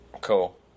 Cool